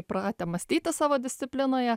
įpratę mąstyti savo disciplinoje